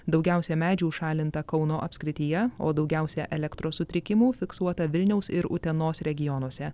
daugiausia medžių šalinta kauno apskrityje o daugiausia elektros sutrikimų fiksuota vilniaus ir utenos regionuose